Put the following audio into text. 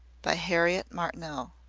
by harriet martineau.